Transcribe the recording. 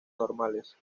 normales